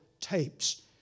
tapes